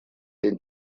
den